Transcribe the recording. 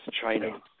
China